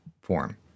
form